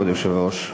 כבוד היושב-ראש,